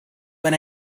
when